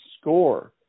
score